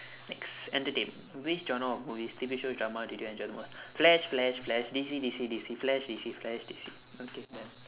next entertainment which genre of movies T_V show drama did you enjoy the most flash flash flash D_C D_C D_C flash D_C flash D_C okay done